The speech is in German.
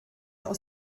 aus